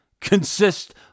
consist